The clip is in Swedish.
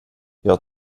jag